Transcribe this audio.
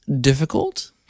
difficult